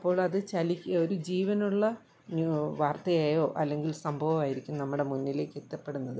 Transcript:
അപ്പോഴത് ചലിക്കുക ഒരു ജീവനുള്ള ന്യു വാർത്തയായോ അല്ലെങ്കിൽ സംഭവമായിരിക്കും നമ്മുടെ മുന്നിലേക്ക് എത്തപ്പെടുന്നത്